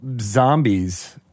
zombies